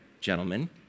gentlemen